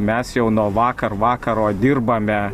mes jau nuo vakar vakaro dirbame